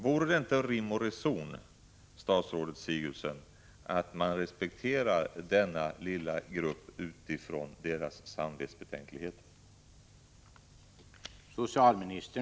Vore det inte rim och reson, statsrådet Sigurdsen, att man respekterar denna lilla grupp utifrån deras samvetsbetänkligheter?